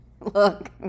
Look